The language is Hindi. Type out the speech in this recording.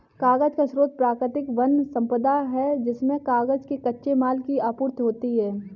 कागज का स्रोत प्राकृतिक वन सम्पदा है जिससे कागज के कच्चे माल की आपूर्ति होती है